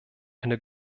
eine